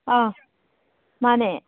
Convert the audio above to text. ꯑꯥ ꯃꯥꯅꯦ